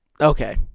Okay